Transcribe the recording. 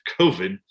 COVID